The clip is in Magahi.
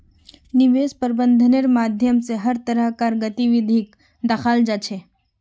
निवेश प्रबन्धनेर माध्यम स हर तरह कार गतिविधिक दखाल जा छ